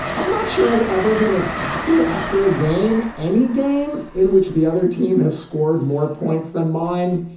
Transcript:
i'm not sure i've ever been as happy after a game. any game in which the other team has scored more points than mine.